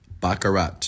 Baccarat